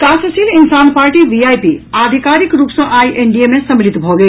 विकासशील Insaan party VIP आधिकारिक रूप सॅ आइ एनडीए मे सम्मिलित भऽ गेल